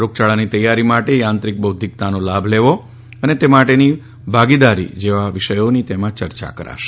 રોગયાળાની તૈયારી માટે યાંત્રિક બૌદ્ધિકતાનો લાભ લેવો અને તે માટેની ભાગીદારી જેવા વિષયોની તેમાંચર્યા કરવામાં આવશે